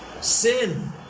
sin